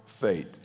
faith